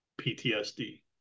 ptsd